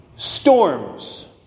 Storms